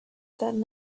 that